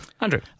Andrew